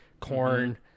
corn